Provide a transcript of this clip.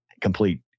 complete